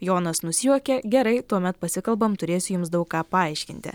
jonas nusijuokė gerai tuomet pasikalbam turėsiu jums daug ką paaiškinti